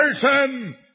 person